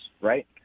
right